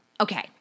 okay